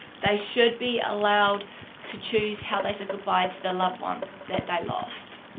they should be allowed to choose how they said goodbye to the loved one that they lost.